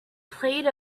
played